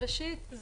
ראשית,